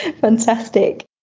Fantastic